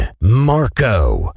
Marco